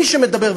מי שמדבר,